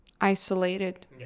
isolated